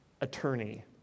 attorney